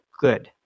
good